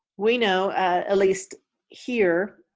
we know at least here,